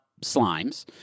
slimes